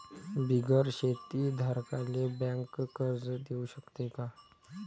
बिगर शेती धारकाले बँक कर्ज देऊ शकते का?